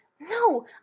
No